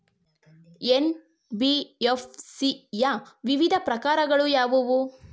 NBFC ಯ ವಿವಿಧ ಪ್ರಕಾರಗಳು ಯಾವುವು?